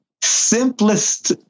simplest